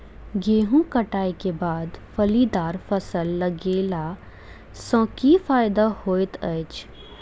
गेंहूँ कटाई केँ बाद फलीदार फसल लगेला सँ की फायदा हएत अछि?